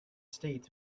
states